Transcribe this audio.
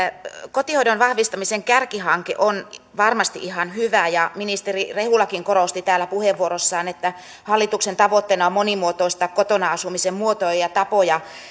kotihoidon vahvistamisen kärkihanke on varmasti ihan hyvä ja ministeri rehulakin korosti täällä puheenvuorossaan että hallituksen tavoitteena on monimuotoistaa kotona asumisen muotoja ja tapoja